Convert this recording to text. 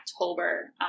October